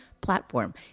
platform